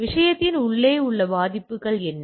விஷயத்தின் உள்ளே உள்ள பாதிப்புகள் என்ன